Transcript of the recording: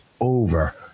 over